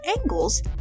angles